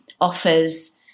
offers